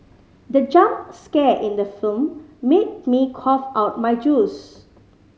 the jump scare in the film made me cough out my juice